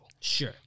sure